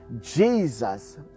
Jesus